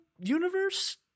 universe